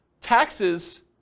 taxes